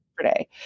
today